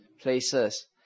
places